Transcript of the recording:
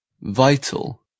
vital